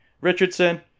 Richardson